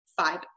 five